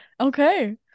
okay